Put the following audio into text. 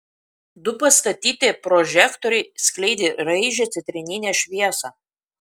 du pastatyti prožektoriai skleidė raižią citrininę šviesą